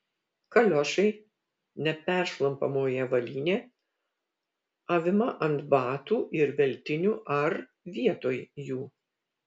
kaliošai neperšlampamoji avalynė avima ant batų ir veltinių ar vietoj jų